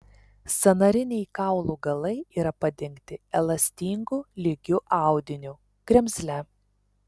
sąnariniai kaulų galai yra padengti elastingu lygiu audiniu kremzle